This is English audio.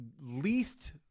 least